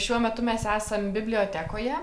šiuo metu mes esam bibliotekoje